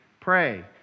pray